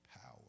power